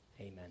Amen